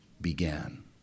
began